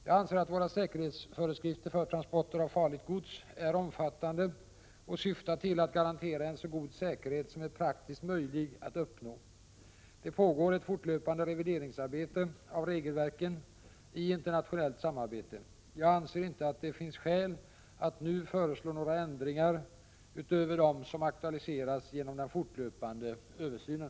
Jag anser att våra säkerhetsföreskrifter för transporter av farligt gods är omfattande och syftar till att garantera en så god säkerhet som är praktiskt möjlig att uppnå. Det pågår ett fortlöpande revideringsarbete av regelverken i internationellt samarbete. Jag anser inte att det finns skäl att nu föreslå några förändringar utöver de som aktualiseras genom den fortlöpande översynen.